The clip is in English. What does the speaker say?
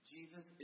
Jesus